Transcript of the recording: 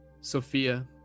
Sophia